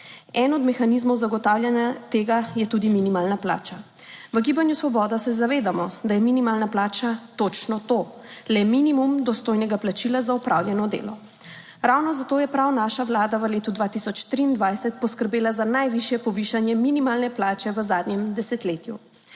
Eden od mehanizmov zagotavljanja tega je tudi minimalna plača. V Gibanju Svoboda se zavedamo, da je minimalna plača točno to, le minimum dostojnega plačila za opravljeno delo. Ravno zato je prav naša Vlada v letu 2023 poskrbela za najvišje povišanje minimalne plače v zadnjem desetletju.